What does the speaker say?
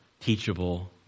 teachable